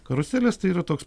karuselės tai yra toks